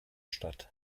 statt